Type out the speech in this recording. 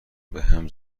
بهم